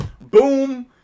Boom